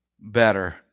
better